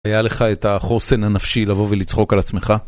היה לך את החוסן הנפשי לבוא ולצחוק על עצמך?